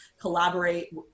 collaborate